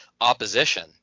opposition